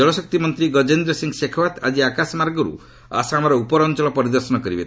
ଜଳଶକ୍ତି ମନ୍ତ୍ରୀ ଗଜେନ୍ଦ୍ର ସିଂ ଶେଖାଓ୍ନାତ ଆକି ଆକାଶମାର୍ଗର୍ ଆସାମର ଉପର ଅଞ୍ଚଳ ପରିଦର୍ଶନ କରିବେ